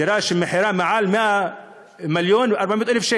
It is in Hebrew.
דירה שמחירה מעל 1.4 מיליון,